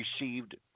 received